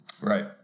right